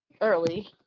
early